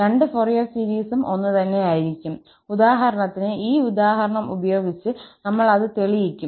രണ്ട് ഫൊറിയർ സീരീസും ഒന്നുതന്നെയായിരിക്കും ഉദാഹരണത്തിന് ഈ ഉദാഹരണം ഉപയോഗിച്ച് നമ്മൾ അത് തെളിയിക്കും